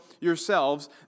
yourselves